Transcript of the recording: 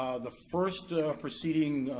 ah the first proceeding,